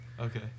Okay